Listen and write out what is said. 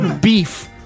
beef